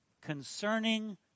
Concerning